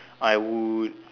I would